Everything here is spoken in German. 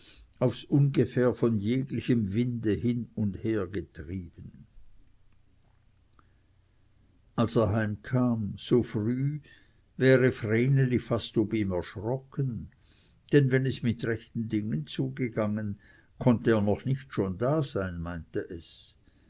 aufs ungefähr von jeglichem winde hin und hergetrieben als er heimkam so früh wäre vreneli fast ob ihm erschrocken denn wenn es mit rechten dingen zugegangen konnte er noch nicht schon da sein meinte es